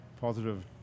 positive